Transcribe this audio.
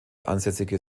ansässige